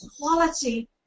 quality